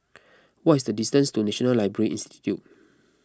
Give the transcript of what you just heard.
what is the distance to National Library Institute